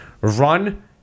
run